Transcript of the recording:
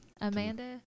Amanda